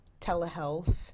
telehealth